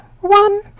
one